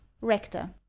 rector